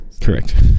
correct